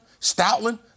Stoutland